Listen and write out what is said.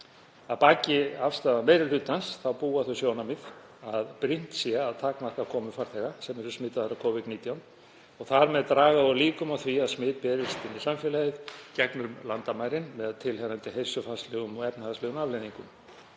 að baki afstöðu meiri hlutans búa þau sjónarmið að brýnt sé að takmarka komu farþega sem eru smitaðir af Covid-19 og þar með draga úr líkum á því að smit berist inn í samfélagið gegnum landamærin með tilheyrandi heilsufarslegum og efnahagslegum afleiðingum.